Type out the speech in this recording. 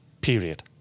Period